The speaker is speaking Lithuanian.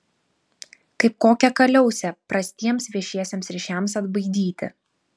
kaip kokią kaliausę prastiems viešiesiems ryšiams atbaidyti